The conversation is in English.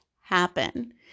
happen